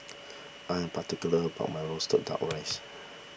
I am particular about my Roasted Duck Rice